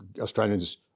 Australians